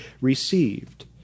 received